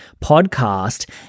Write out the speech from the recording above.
podcast